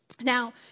Now